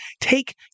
take